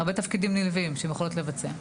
הרבה תפקידים נלווים שהן יכולות לבצע.